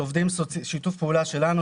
זה שיתוף פעולה שלנו,